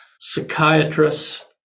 psychiatrists